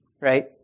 right